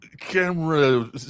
camera